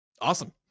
awesome